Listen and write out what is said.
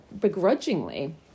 begrudgingly